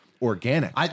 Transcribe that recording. Organic